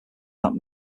that